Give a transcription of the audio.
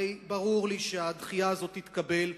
הרי ברור לי שהדחייה הזאת תתקבל.